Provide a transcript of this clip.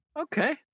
Okay